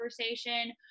conversation